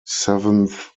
seventh